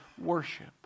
worship